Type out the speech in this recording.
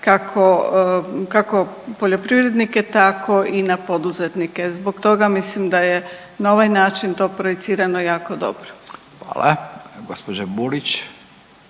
kako poljoprivrednike tako i na poduzetnike. Zbog toga mislim da je na ovaj način to projicirano jako dobro. **Radin, Furio